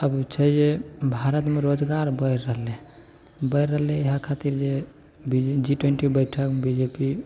अभी छै जे भारतमे रोजगार बढ़ि रहलै बढ़ि रहलै इएह खातिर जे बी जी ट्वेन्टी बैठक बी जे पी